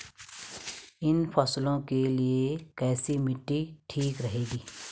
इन फसलों के लिए कैसी मिट्टी ठीक रहेगी?